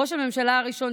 ראש הממשלה הראשון,